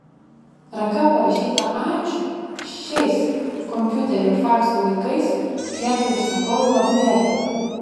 ranka parašytą ačiū šiais kompiuterių ir faksų laikais klientai ir užsakovai labai vertina